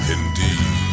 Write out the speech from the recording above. indeed